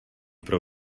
pro